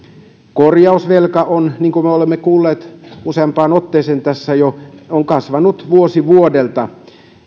korjausvelka niin kuin me olemme kuulleet useampaan otteeseen tässä jo on kasvanut vuosi vuodelta